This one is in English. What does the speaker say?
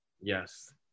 Yes